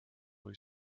või